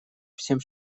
всем